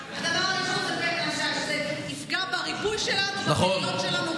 הדבר הראשון הוא שזה יפגע בריבוי שלנו,